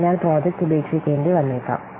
അതിനാൽ പ്രോജക്റ്റ് ഉപേക്ഷികേണ്ടി വന്നേക്കാം